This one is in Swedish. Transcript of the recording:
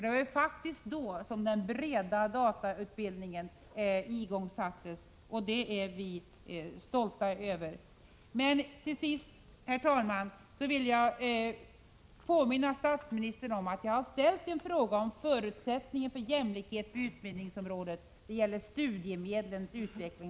Det var faktiskt under den tiden som den breda datautbildningen igångsattes, och det är vi stolta över. Till sist, herr talman, vill jag påminna statsministern om att jag har ställt en fråga om förutsättningen för jämlikhet på utbildningsområdet, det gäller studiemedlens utveckling.